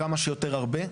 כמה שיותר הרבה,